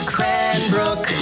Cranbrook